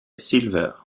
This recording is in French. silver